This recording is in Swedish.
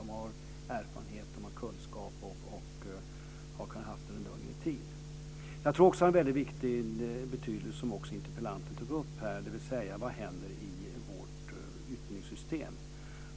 De har då erfarenhet och kunskap som de kan ha skaffat sig under en längre tid. Jag tror också att det är av stor betydelse, som också interpellanten tog upp, vad som händer i vårt utbildningssystem.